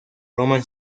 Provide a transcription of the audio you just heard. román